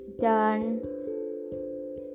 done